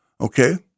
Okay